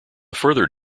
further